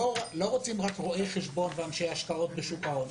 לא רוצים רק רואי חשבון ואנשי השקעות בשוק ההון.